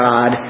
God